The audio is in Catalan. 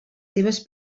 seves